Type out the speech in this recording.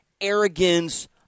arrogance